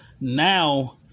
Now